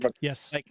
Yes